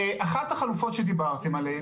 אחת החלופות שדיברתם עליה,